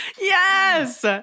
Yes